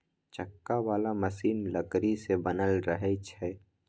चक्का बला मशीन लकड़ी सँ बनल रहइ छै